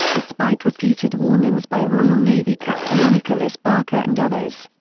despite repeated warnings by royal navy captain nicholas barker and others.